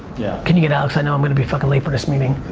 yeah can you get alex? i know i'm gonna be fuckin' late for this meeting.